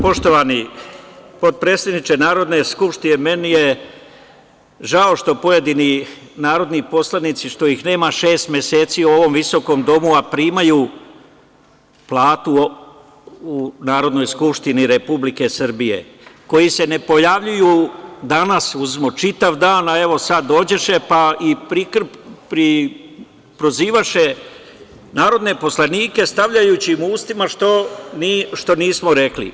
Poštovani potpredsedniče Narodne skupštine, meni je žao što pojedinih narodnih poslanika nema šest meseci u ovom visokom domu, a primaju platu u Narodnoj skupštini Republike Srbije, koji se ne pojavljuju danas čitav dan, a evo sada dođoše, isprozivaše narodne poslanike, stavljajući im u usta ono što nismo rekli.